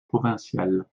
provinciales